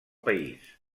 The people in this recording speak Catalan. país